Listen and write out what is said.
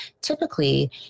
typically